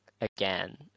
again